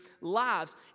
lives